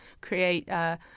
create